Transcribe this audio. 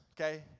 okay